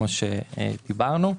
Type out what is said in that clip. כמו שדיברנו,